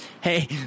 Hey